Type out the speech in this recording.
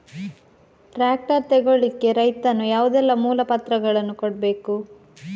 Tractor ತೆಗೊಳ್ಳಿಕೆ ರೈತನು ಯಾವುದೆಲ್ಲ ಮೂಲಪತ್ರಗಳನ್ನು ಕೊಡ್ಬೇಕು?